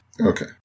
Okay